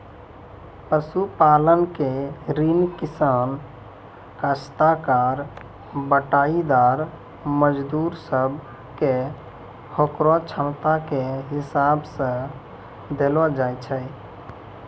पशुपालन के ऋण किसान, कास्तकार, बटाईदार, मजदूर सब कॅ होकरो क्षमता के हिसाब सॅ देलो जाय छै